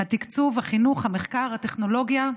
התקצוב, החינוך, המחקר, הטכנולוגיה,